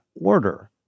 order